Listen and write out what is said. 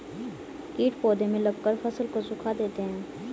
कीट पौधे में लगकर फसल को सुखा देते हैं